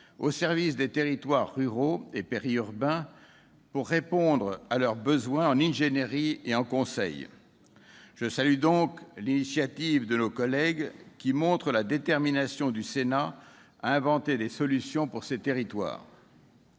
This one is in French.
au service des territoires ruraux et périurbains pour répondre à leurs besoins en ingénierie et en conseil. Je salue donc l'initiative de nos collègues, qui montre la détermination du Sénat à inventer des solutions pour ces territoires.